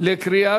20 בעד,